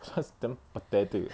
that's damn pathetic eh